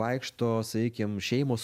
vaikšto sakykim šeimos